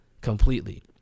completely